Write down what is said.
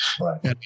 Right